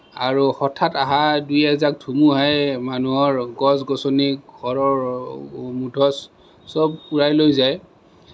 আৰু হঠাৎ অহা দুই এজাক ধুমুহাই মানুহৰ গছ গছনি ঘৰৰ মুধচ চব উৰাই লৈ যায়